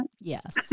yes